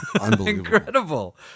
Unbelievable